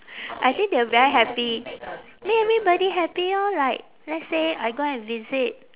I think they will very happy make everybody happy orh like let's say I go and visit